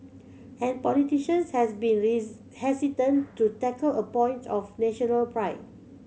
and politicians has been these hesitant to tackle a point of national pride